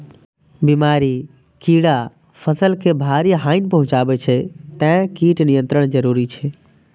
बीमारी, कीड़ा फसल के भारी हानि पहुंचाबै छै, तें कीट नियंत्रण जरूरी छै